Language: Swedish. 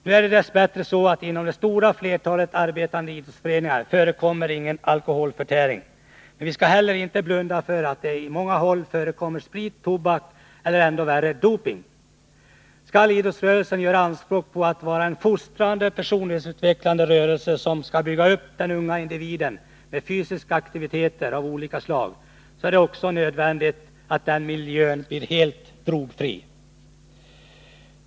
Nu är det dess bättre så att det inom det stora flertalet arbetande idrottsföreningar inte förekommer någon alkoholförtäring, men vi skall heller inte blunda för att det på många håll förekommer sprit och tobak eller — ännu värre — doping. Skall idrottsrörelsen göra anspråk på att vara en fostrande och personlighetsutvecklande folkrörelse som skall bygga upp den unga individen med fysiska aktiviteter av olika slag är det också nödvändigt att den miljön är helt drogfri.